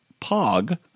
Pog